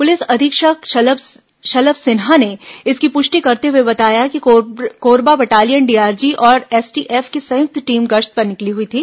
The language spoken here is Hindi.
पुलिस अधीक्षक शलभ सिन्हा ने इसकी पुष्टि करते हुए बताया कि कोबरा बटालियन डीआरजी और एसटीएफ की संयुक्त टीम गश्त पर निकली हुई थी